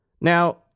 Now